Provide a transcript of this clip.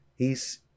hes